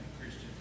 Christian